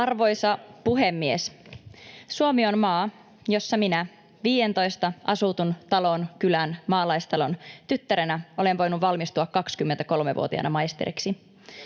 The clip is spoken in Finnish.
Arvoisa puhemies! Suomi on maa, jossa minä 15 asutun talon kylän maalaistalon tyttärenä olen voinut valmistua 23-vuotiaana maisteriksi.